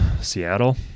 Seattle